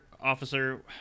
Officer